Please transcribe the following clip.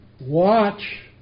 Watch